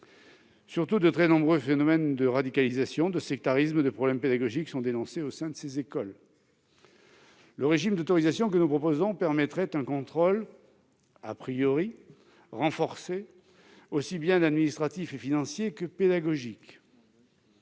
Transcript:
Surtout, de très nombreux phénomènes de radicalisation et de sectarisme, ainsi que des problèmes pédagogiques, sont dénoncés au sein de ces écoles. Le régime d'autorisation que nous proposons permettrait un contrôle renforcé aussi bien administratif et financier que pédagogique.